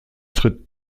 tritt